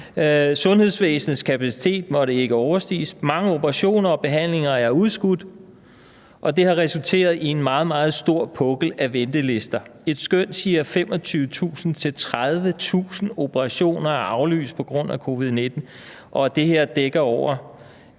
Sundhedsvæsenets kapacitet måtte ikke overstiges, mange operationer og behandlinger er udskudt, og det har resulteret i en meget, meget stor pukkel af ventelister. Et skøn siger, at 25.000-30.000 operationer er aflyst på grund af covid-19, og det her dækker over